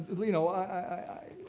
lino, i.